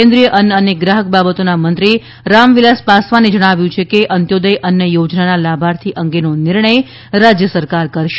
કેન્દ્રીય અન્ન અને ગ્રાહક બાબતોના મંત્રી રામવિલાસ પાસવાને જણાવ્યું છે કે અંત્યોદય અન્ન યોજનાના લાભાર્થી અંગેનો નિર્ણય રાજ્ય સરકાર કરશે